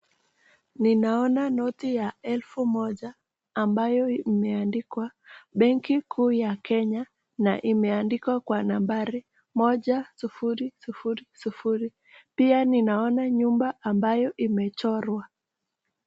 Ninaona noti ya elfu moja ambayo imeandikwa benki kuu ya kenya na imeandikwa kwa nambari moja sufuri sufuri pia ninaona nyumba ambayo imechorwa.